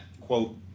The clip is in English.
quote